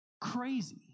crazy